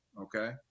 okay